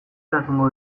eragingo